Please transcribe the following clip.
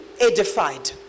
edified